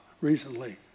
recently